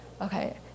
Okay